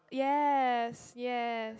yes yes